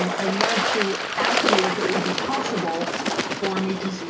um i wanted to ask you if it would be possible for me to